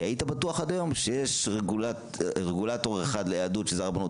כי היית בטוח עד היום שיש רגולטור אחד ליהדות שזה הרבנות